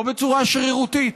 לא בצורה שרירותית.